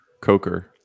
coker